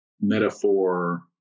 metaphor